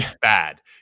bad